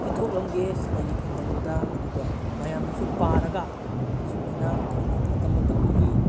ꯄꯤꯊꯣꯛꯂꯛꯒꯦ ꯑꯩꯒꯤ ꯈꯨꯡꯒꯪꯗꯨꯗ ꯑꯗꯨꯒ ꯃꯌꯥꯝꯅꯁꯨ ꯄꯥꯔꯒ ꯁꯨꯃꯥꯏꯅ ꯑꯩꯈꯣꯏꯅ ꯃꯇꯝ ꯃꯇꯝꯗꯨꯒꯤ